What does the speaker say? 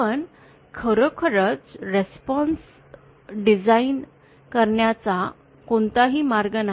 पण खरोखर response design करण्याचा कोणताही मार्ग नाही